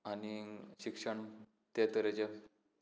आनी शिक्षण त्या तरेचें